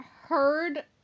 heard